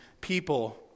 people